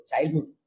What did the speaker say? childhood